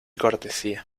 cortesía